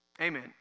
Amen